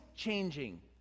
changing